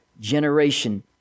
generation